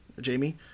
Jamie